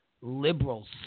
liberals